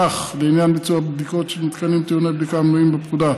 כך לעניין ביצוע בדיקות של מתקנים טעוני בדיקה המנויים בפקודה,